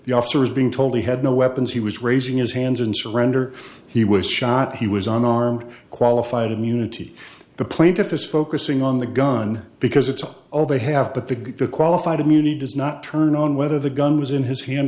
the officer was being told he had no weapons he was raising his hands in surrender he was shot he was unarmed qualified immunity the plaintiff is focusing on the gun because it's all they have but the get the qualified immunity does not turn on whether the gun was in his hand